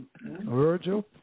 Virgil